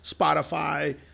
Spotify